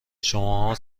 شماها